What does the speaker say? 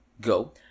go